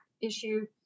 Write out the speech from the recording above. issue